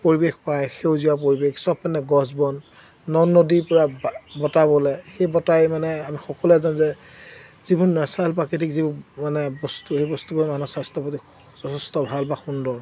পৰিৱেশ পায় সেউজীয়া পৰিৱেশ চব পেনে গছ বন নদ নদীৰপৰা বতাহ বলে সেই বতাহে মানে আমি সকলোৱে জানোঁ যে যিবোৰ নেচাৰেল প্ৰাকৃতিক যিবোৰ মানে বস্তু সেই বস্তুবোৰ মানুহৰ স্বাস্থ্যৰ প্ৰতি যথেষ্ট ভাল বা সুন্দৰ